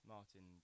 Martin